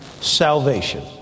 salvation